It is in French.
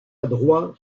adroit